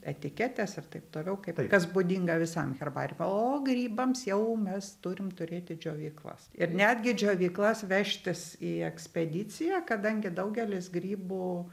etiketes ir taip toliau kaip kas būdinga visam herbariumo o grybams jau mes turim turėti džiovyklas ir netgi džiovyklas vežtis į ekspediciją kadangi daugelis grybų